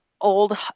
old